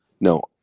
No